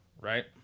right